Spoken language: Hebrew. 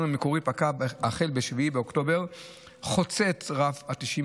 המקורי פקע החל ב-7 באוקטובר חוצה את רף 90 הימים,